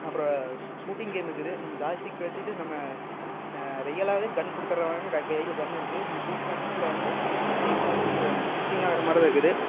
அப்புறம் shooting game இருக்குது நம்ம ஜாய்ஸ்டிக் கழட்டிவிட்டு நம்ம ரியலாகவே கன் கொடுத்துட்றாங்க கையில் கன் இருக்குது நம்ம ஷூட் பண்ணிணா அதில் வந்து த்ரீடியில் வந்து ஷூ ஷூட்டிங் ஆகிற மாதிரி தான் இருக்குது